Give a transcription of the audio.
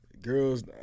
girls